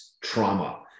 trauma